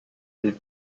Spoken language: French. del